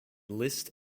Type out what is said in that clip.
list